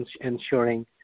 ensuring